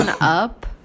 up